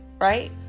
right